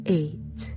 eight